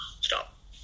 stop